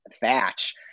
thatch